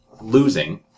losing